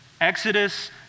Exodus